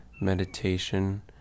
meditation